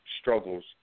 Struggles